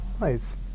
Nice